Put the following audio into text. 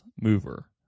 mover